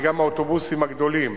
וגם האוטובוסים הגדולים